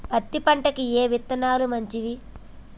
పత్తి పంటకి ఏ విత్తనాలు మంచివి?